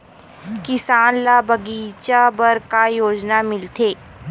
किसान ल बगीचा बर का योजना मिलथे?